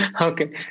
Okay